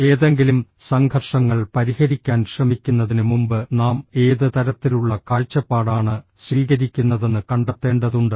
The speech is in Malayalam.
ഏതെങ്കിലും സംഘർഷങ്ങൾ പരിഹരിക്കാൻ ശ്രമിക്കുന്നതിന് മുമ്പ് നാം ഏത് തരത്തിലുള്ള കാഴ്ചപ്പാടാണ് സ്വീകരിക്കുന്നതെന്ന് കണ്ടെത്തേണ്ടതുണ്ട്